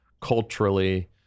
culturally